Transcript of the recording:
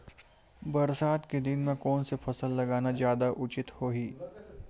बरसात के दिन म कोन से फसल लगाना जादा उचित होही?